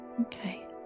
Okay